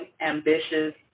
ambitious